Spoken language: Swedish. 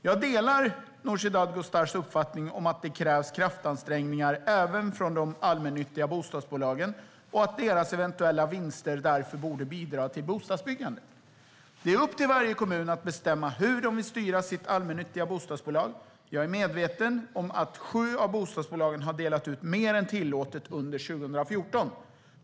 Jag delar Nooshi Dadgostars uppfattning att det krävs kraftansträngningar även från de allmännyttiga bostadsbolagen och att deras eventuella vinster därför borde bidra till bostadsbyggandet. Det är upp till varje kommun att bestämma hur de vill styra sitt allmännyttiga bostadsbolag. Jag är medveten om att sju av bostadsbolagen har delat ut mer än tillåtet under 2014.